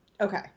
Okay